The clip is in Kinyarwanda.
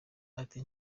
ati